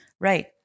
Right